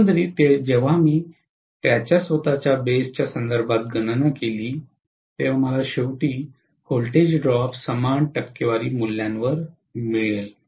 एकंदरीत जेव्हा मी त्याच्या स्वतःच्या बेसच्या संदर्भात गणना केली तेव्हा मला शेवटी व्होल्टेज ड्राप समान टक्केवारी मूल्यांवर मिळेल